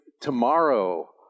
tomorrow